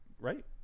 Right